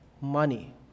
money